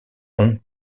hong